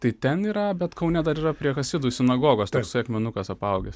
tai ten yra bet kaune dar yra prie chasidų sinagogos toksai akmenukas apaugęs